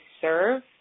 serve